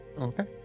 Okay